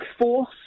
force